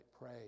pray